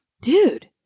Dude